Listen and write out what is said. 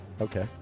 Okay